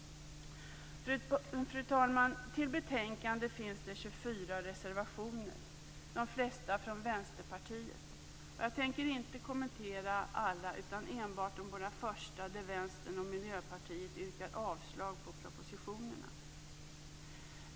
Fru talman! Till betänkandet finns det 24 reservationer, de flesta från Vänsterpartiet. Jag tänker inte kommentera alla, utan enbart de båda första, där Vänstern och Miljöpartiet yrkar avslag på propositionerna.